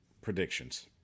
predictions